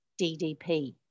DDP